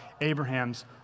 Abraham's